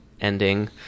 ending